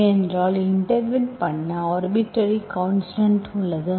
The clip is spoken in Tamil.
ஏனென்றால்இன்டெகிரெட் பண்ண ஆர்பிட்டர்ரி கான்ஸ்டன்ட் உள்ளது